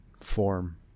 form